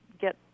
get